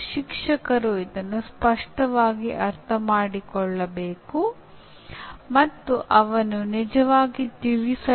ಒಬ್ಬರು ನಿಜವಾಗಿಯೂ ಅಂತಹ ಕಲಿಕೆಯ ಸಂದರ್ಭಗಳನ್ನು ಯೋಜಿಸಬೇಕು